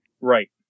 Right